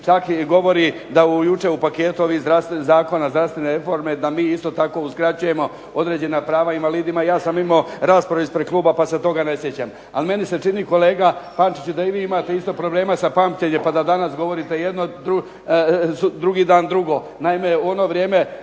Čak i govori da jučer u paketu ovih zdravstvenih zakona, zdravstvene reforme da mi isto tako uskraćujemo određena prava invalidima. Ja sam imao raspravu ispred kluba pa se toga ne sjećam. Ali meni se čini kolega Pančiću da i vi imate isto problema sa pamćenjem pa da danas govorite jedno, drugi dan drugo.